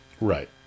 Right